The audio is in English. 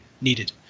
needed